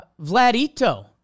Vladito